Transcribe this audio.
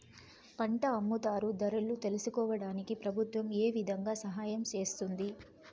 పంట అమ్ముతారు ధరలు తెలుసుకోవడానికి ప్రభుత్వం ఏ విధంగా సహాయం చేస్తుంది?